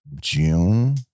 June